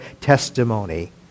testimony